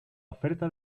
oferta